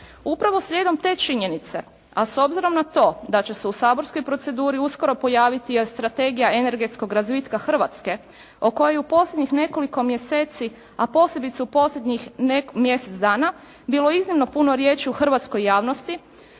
Upravo slijedom te činjenice a s obzirom na to da će se u saborskoj proceduri uskoro pojaviti Strategija energetskog razvitka Hrvatske o kojoj u posljednjih nekoliko mjeseci a posebice u posljednjih mjesec dana bilo iznimno puno riječi u hrvatskoj javnosti,